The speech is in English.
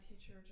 teacher